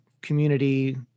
community